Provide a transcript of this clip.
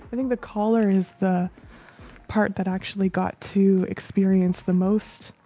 i think the collar is the part that actually got to experience the most,